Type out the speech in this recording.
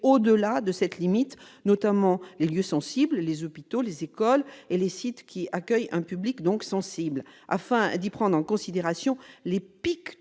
au-delà de cette limite, notamment les hôpitaux, les écoles et les sites qui accueillent un public sensible, afin d'y prendre en considération les pics